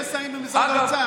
שני שרים במשרד האוצר.